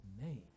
name